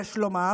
יש לומר,